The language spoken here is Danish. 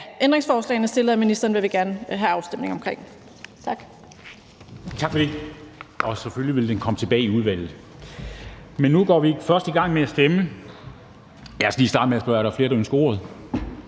ændringsforslagene stillet af ministeren vil vi gerne have afstemning om.